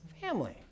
family